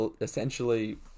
essentially